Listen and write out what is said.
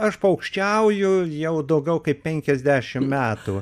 aš paukščiauju jau daugiau kaip penkiasdešimt metų